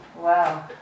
wow